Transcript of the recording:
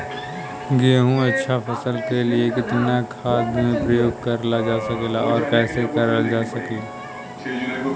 गेहूँक अच्छा फसल क लिए कितना खाद के प्रयोग करल जा सकेला और कैसे करल जा सकेला?